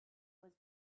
was